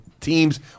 teams